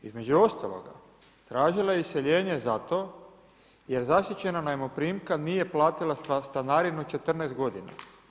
Između ostaloga, tražila je iseljenje zato jer zaštićena najmoprimka nije platila stanarinu 14 godina.